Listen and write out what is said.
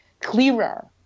clearer